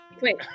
Wait